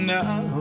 now